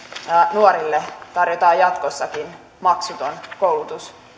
nuorille tarjotaan jatkossakin maksuton koulutus